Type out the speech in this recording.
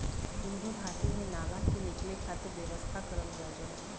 सिन्धु घाटी में नाला के निकले खातिर व्यवस्था करल गयल रहल